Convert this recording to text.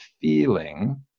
feeling